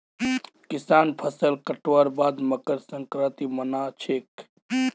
किसान फसल कटवार बाद मकर संक्रांति मना छेक